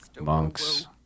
monks